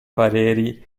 pareri